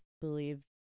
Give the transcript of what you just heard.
believed